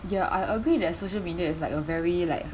ya I agree that social media is like a very like